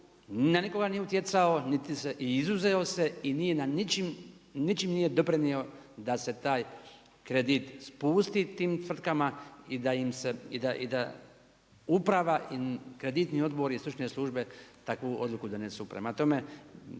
na nikoga nije utjecao i izuzeo se i nije ničim doprinio da se taj kredit spusti tim tvrtkama i da uprava i kreditni odbor i stručne službe takvu odluku donesu. Prema